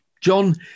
John